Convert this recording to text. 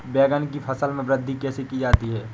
बैंगन की फसल में वृद्धि कैसे की जाती है?